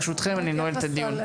ברשותכם, אני נועל את הדיון.